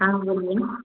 हाँ बोलिए